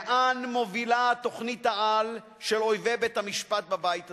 לאן מובילה תוכנית-העל של אויבי בית-המשפט בבית הזה.